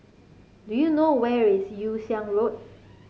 do you know where is Yew Siang Road